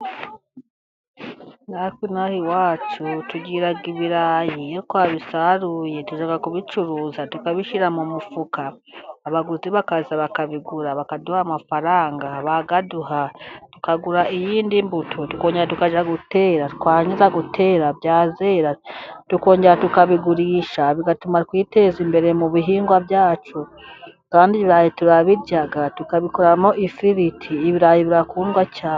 Natwe ino aha iwacu tugira ibirayi. Iyo twabisaruye tujya kubicuruza, tukabishyira mu mifuka, abagutu bakaza bakabigura bakaduha amafaranga, bayaduha tukagura iyindi mbuto, tukongera tukajya gutera, twarangiza gutera byazera tukongera tukabigurisha, bigatuma twiteza imbere mu bihingwa byacu, kandi ibirayi turabirya tukabikoramo ifiriti, ibirayi birakundwa cyane